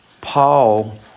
Paul